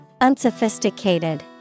Unsophisticated